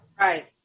Right